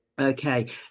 Okay